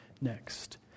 next